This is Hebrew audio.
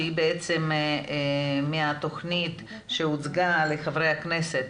שהיא מהתוכנית שהוצגה לחברי הכנסת,